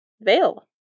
veil